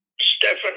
Stefan